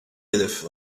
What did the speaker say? hedef